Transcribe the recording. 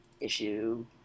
issue